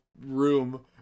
room